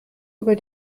über